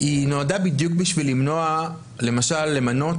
היא נועדה בדיוק בשביל למנוע למשל למנות